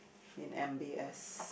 in m_b_s